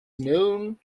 known